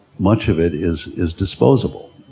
much of it is is disposable.